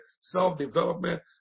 self-development